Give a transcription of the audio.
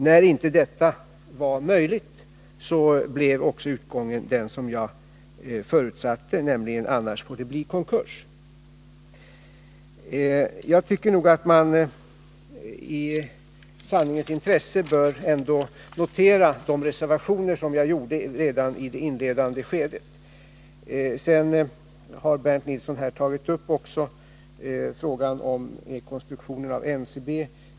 När inte detta var möjligt blev en vid Kalmar också utgången den som jag förutsatte med orden ”annars får det bli Varv AB konkurs”. I sanningens intresse bör man ändå notera de reservationer som jag gjorde redan i det inledande skedet. Bernt Nilsson har också tagit upp frågan om rekonstruktionen av NCB.